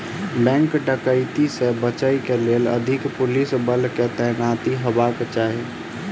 bank डकैती से बचय के लेल अधिक पुलिस बल के तैनाती हेबाक चाही